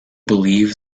believe